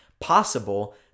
possible